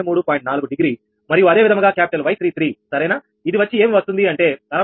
4 degree మరియు అదే విధముగా క్యాపిటల్ 𝑌33 ఇది వచ్చి ఏమీ వస్తుంది అంటే 67